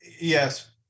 yes